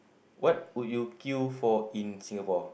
what would you queue for in Singapore